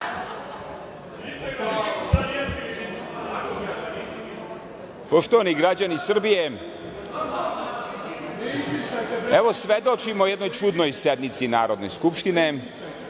Poštovani građani Srbije, evo svedočimo jednoj čudnoj sednici Narodne skupštine,